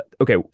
okay